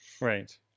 right